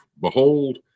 behold